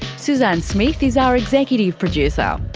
suzanne smith is our executive producer.